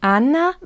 Anna